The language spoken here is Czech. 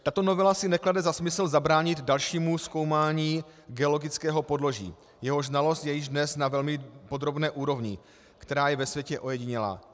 Tato novela si neklade za smysl zabránit dalšímu zkoumání geologického podloží, jehož znalost je již dnes na velmi podrobné úrovni, která je ve světě ojedinělá.